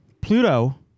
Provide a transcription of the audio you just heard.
Pluto